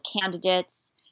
candidates